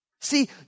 See